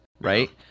right